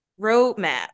roadmap